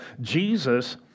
Jesus